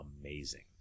amazing